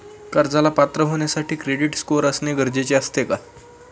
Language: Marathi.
कर्जाला पात्र होण्यासाठी क्रेडिट स्कोअर असणे गरजेचे असते का?